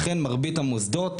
אכן מרבית המוסדות